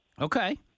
Okay